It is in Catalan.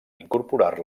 incorporar